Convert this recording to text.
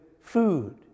food